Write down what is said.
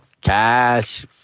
cash